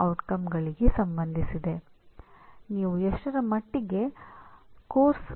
outcome based ಎಜುಕೇಶನ್ನಲ್ಲಿ ಉತ್ಪನ್ನವು ಪ್ರಕ್ರಿಯೆಯನ್ನು ವ್ಯಾಖ್ಯಾನಿಸುತ್ತದೆ